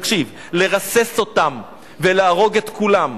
תקשיב: לרסס אותם ולהרוג את כולם.